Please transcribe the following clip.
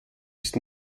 ist